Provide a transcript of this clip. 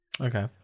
Okay